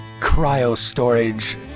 cryo-storage